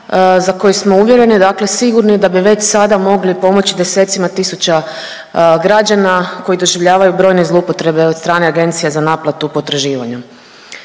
za koji smo uvjereni, dakle sigurni da bi već sada mogli pomoći desecima tisuća građana koji doživljavaju brojne zloupotrebe od strane Agencija za naplatu potraživanja.